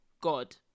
God